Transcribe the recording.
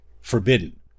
forbidden